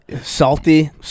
salty